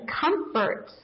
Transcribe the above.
comfort